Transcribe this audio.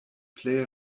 plej